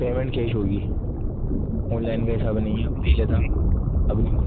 payment cash ہوگی online کا حساب نہیں ہے پہلے تھا اب نہیں ہے